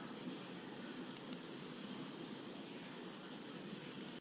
Glossary WORD MEANING Thankyou ధన్యవాదాలు